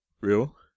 Real